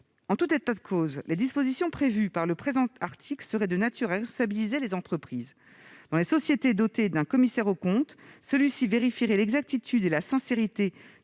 En tout état de cause, les dispositions prévues par le présent article sont de nature à responsabiliser les entreprises. Dans les sociétés dotées d'un commissaire aux comptes, celui-ci vérifie l'exactitude et la sincérité